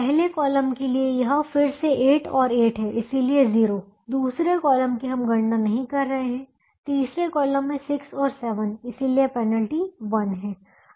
पहले कॉलम के लिए यह फिर से 8 और 8 है इसलिए 0 दूसरे कॉलम की हम गणना नहीं कर रहे तीसरे कॉलम मे 6 और 7 इसलिए पेनल्टी 1 है